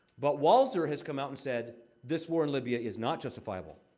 but walzer has come out and said, this war in libya is not justifiable.